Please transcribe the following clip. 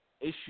issue